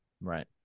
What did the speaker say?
right